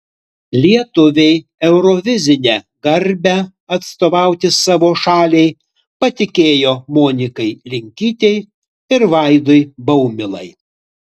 lietuviai eurovizinę garbę atstovauti savo šaliai patikėjo monikai linkytei ir vaidui baumilai